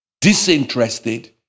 disinterested